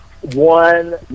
one